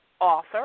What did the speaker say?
author